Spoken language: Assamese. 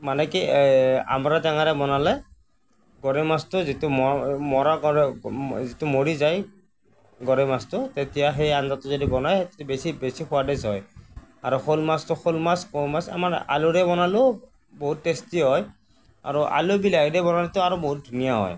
মানে কি এই অমৰা টেঙাৰে বনালে গৰৈ মাছটো যিটো মৰা মৰা গৰৈ যিটো মৰি যায় গৰৈ মাছটো তেতিয়া সেই আঞ্জাটো যদি বনায় তেতিয়া বেছি বেছি সোৱাদ হয় আৰু শ'ল মাছটো শ'ল মাছ আমাৰ আলুৰে বনালেও বহুত টেষ্টি হয় আৰু আলু বিলাহী দি বনালেতো আৰু ধুনীয়া হয়